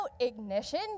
ignition